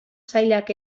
sailak